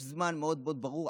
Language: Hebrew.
יש זמן מאוד מאוד ברור.